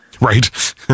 Right